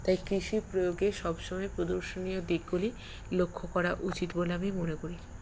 তাই কৃষি প্রয়োগে সবসময় প্রদর্শনীয় দিকগুলি লক্ষ্য করা উচিত বলে আমি মনে করি